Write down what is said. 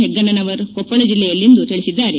ಹೆಗ್ಗನ್ನವರ ಕೊಪ್ಷಳ ಜಿಲ್ಲೆಯಲ್ಲಿಂದು ತಿಳಿಸಿದ್ದಾರೆ